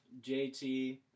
JT